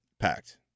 packed